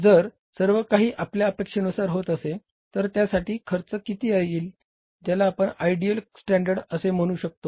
जर सर्व काही आपल्या अपेक्षानुसार होत असेल तर त्यासाठी खर्च किती येईल ज्याला आपण आयडियल स्टँडर्ड असे संबोधू शकतो